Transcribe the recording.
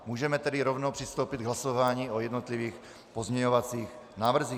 Můžeme tedy rovnou přistoupit k hlasování o jednotlivých pozměňovacích návrzích.